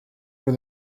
for